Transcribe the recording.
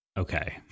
Okay